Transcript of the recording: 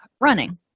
running